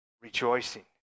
rejoicing